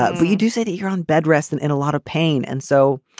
ah well, you do say that you're on bed rest and in a lot of pain. and so,